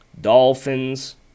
Dolphins